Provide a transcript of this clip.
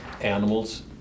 animals